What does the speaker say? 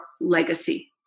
legacy